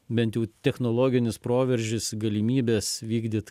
bent jau technologinis proveržis galimybės vykdyti